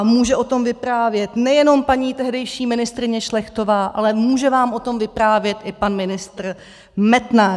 Může o tom vyprávět nejenom paní tehdejší ministryně Šlechtová, ale může vám o tom vyprávět i pan ministr Metnar.